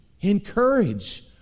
Encourage